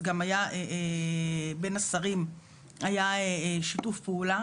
בין השרים היה שיתוף פעולה,